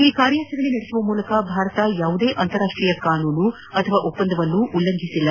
ಈ ಕಾರ್ಯಾಚರಣೆ ನಡೆಸುವ ಮೂಲಕ ಭಾರತ ಯಾವುದೇ ಅಂತಾರಾಷ್ಷೀಯ ಕಾನೂನು ಅಥವಾ ಒಪ್ಪಂದವನ್ನು ಉಲ್ಲಂಘಿಸಿಲ್ಲ